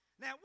now